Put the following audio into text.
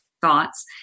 thoughts